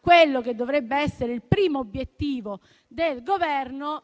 quello che dovrebbe essere il primo obiettivo del Governo,